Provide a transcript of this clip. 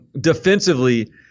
Defensively